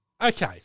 Okay